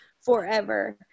forever